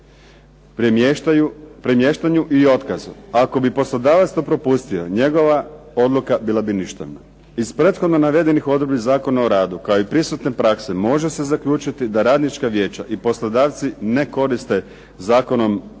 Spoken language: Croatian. premještanju i otkazu, ako bi poslodavac to propustio njegova odluka bila bi ništavna. Iz prethodno navedenih odredbi Zakona o radu i prisutne prakse može se zaključiti da radnička vijeća i poslodavci ne koriste zakonom